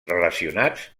relacionats